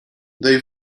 they